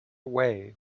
away